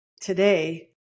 today